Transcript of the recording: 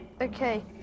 Okay